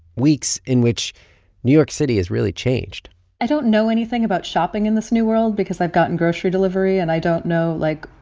weeks in which new york city has really changed i don't know anything about shopping in this new world because i've gotten grocery delivery. and i don't know, like,